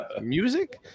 Music